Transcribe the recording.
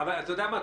אתה יודע מה?